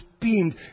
beamed